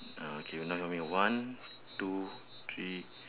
uh okay you now how you one two three